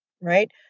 right